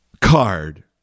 card